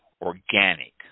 organic